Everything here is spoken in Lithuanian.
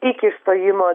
iki išstojimo